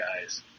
guys